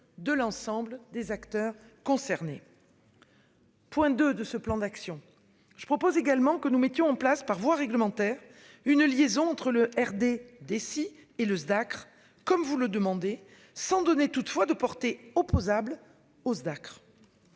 de l'ensemble des acteurs concernés. Point de de ce plan d'action. Je propose également que nous mettions en place par voie réglementaire. Une liaison entre le RD des si et le Dacr comme vous le demander, sans donner toutefois de porter opposable hausse Acre.